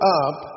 up